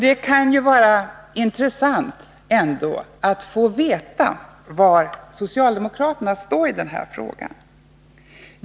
Det skulle vara intressant att få veta var socialdemokraterna står i den här frågan.